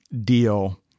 deal